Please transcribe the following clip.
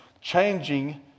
changing